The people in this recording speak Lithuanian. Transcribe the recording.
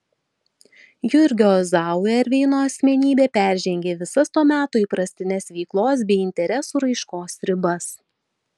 jurgio zauerveino asmenybė peržengė visas to meto įprastines veiklos bei interesų raiškos ribas